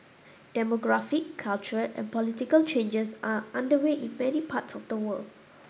demographic cultural and political changes are underway in many parts of the world